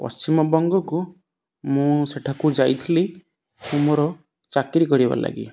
ପଶ୍ଚିମବଙ୍ଗକୁ ମୁଁ ସେଠାକୁ ଯାଇଥିଲି ମୋର ଚାକିରୀ କରିବା ଲାଗି